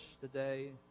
today